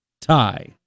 tie